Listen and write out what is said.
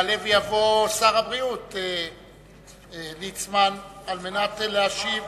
יעלה ויבוא שר הבריאות ליצמן על מנת להשיב,